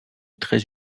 très